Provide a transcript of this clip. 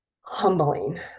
humbling